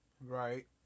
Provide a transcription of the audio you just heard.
Right